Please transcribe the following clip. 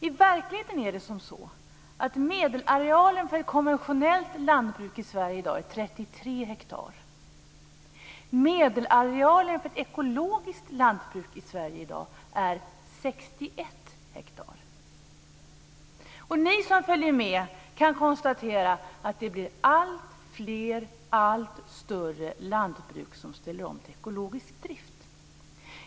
I verkligheten är medelarealen för ett konventionellt lantbruk i Sverige i dag Sverige är i dag 61 hektar. Ni som följer med kan konstatera att det blir alltfler och allt större lantbruk som ställer om till ekologisk drift.